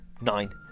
nine